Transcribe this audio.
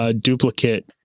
duplicate